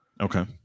Okay